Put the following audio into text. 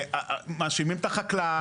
מאשימים את החקלאי.